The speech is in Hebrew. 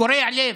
קורע לב.